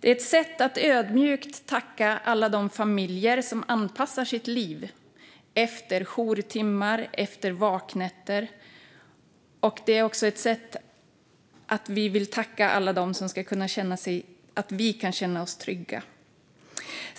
Detta är ett sätt att ödmjukt tacka alla de familjer som anpassar sitt liv efter jourtimmar och vaknätter. Det är också ett sätt att tacka alla som gör att vi kan känna oss trygga.